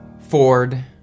Ford